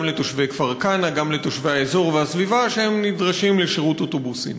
גם לתושבי כפר-כנא וגם לתושבי האזור והסביבה שנדרשים לשירות אוטובוסים.